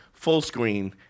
Fullscreen